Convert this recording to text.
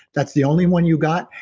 that's the only one you got,